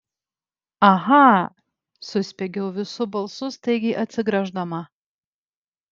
aha suspiegiau visu balsu staigiai atsigręždama